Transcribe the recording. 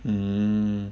mm